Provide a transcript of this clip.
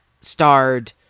starred